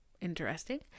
Interesting